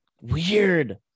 Weird